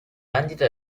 vendita